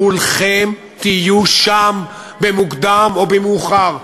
כולכם תהיו שם במוקדם או במאוחר.